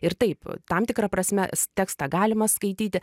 ir taip tam tikra prasme tekstą galima skaityti